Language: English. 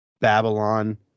Babylon